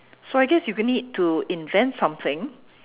so I guess you need to invent something